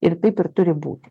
ir taip ir turi būti